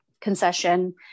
concession